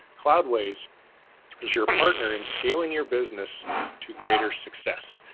cloudways is your partner in scaling your business to greater success.